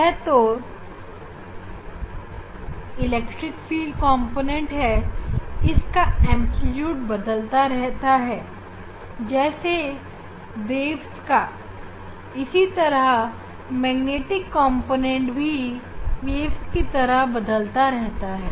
यह जो electric field कॉम्पोनेंटहै इसका एंप्लीट्यूड तरंग की तरह बदलता रहता है इसी तरह मैग्नेटिक कॉम्पोनेंटभी तरंग की तरह बदलता रहता है